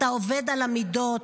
אתה עובד על המידות,